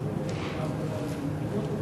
תודה.